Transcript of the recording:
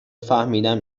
فهمیدم